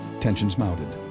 tensions mounted.